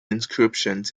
inscriptions